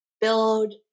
build